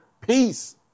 peace